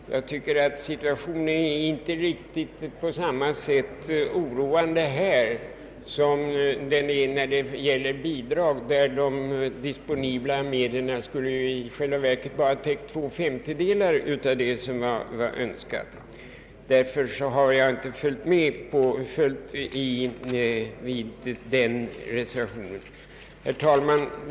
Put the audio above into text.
Jag tycker att situationen inte är oroande på riktigt samma sätt som när det gäller bidrag, där de disponibla medlen i själva verket bara skulle ha täckt två femtedelar av vad som önskats. Därför har jag inte biträtt reservationen här. Herr talman!